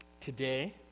today